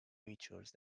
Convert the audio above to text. features